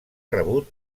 rebut